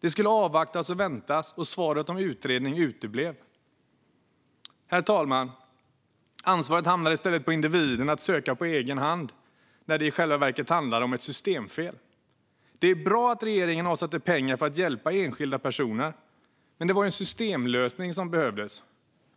Det skulle avvaktas och väntas, och svaret om utredning uteblev. Herr talman! Ansvaret hamnar i stället på individen att söka på egen hand när det i själva verket handlar om ett systemfel. Det är bra att regeringen avsätter pengar för att hjälpa enskilda personer, men det var ju en systemlösning som behövdes.